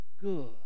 good